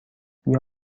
بیا